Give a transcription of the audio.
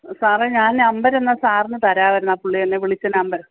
സാറേ ഞാൻ നമ്പര് എന്നാൽ സാറിന് തരാമായിരുന്നു ആ പുള്ളി എന്നെ വിളിച്ച നമ്പര്